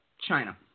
China